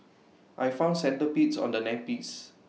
I found centipedes on the nappies